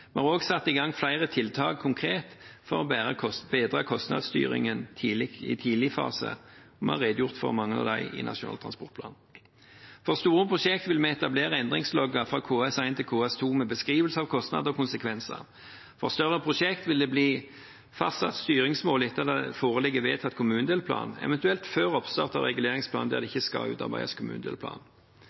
Vi har også satt i gang flere tiltak konkret for å bedre kostnadsstyringen i tidlig fase, og vi har redegjort for mange av dem i Nasjonal transportplan. For store prosjekter vil vi etablere endringslogger fra KS1 til KS2 med beskrivelse av kostnader og konsekvenser. For større prosjekter vil det bli fastsatt styringsmål etter at det foreligger vedtatt kommunedelplan, eventuelt før oppstart av reguleringsplan der det ikke skal utarbeides